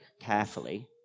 carefully